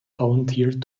volunteered